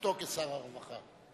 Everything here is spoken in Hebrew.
בשבתו כשר הרווחה.